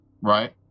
Right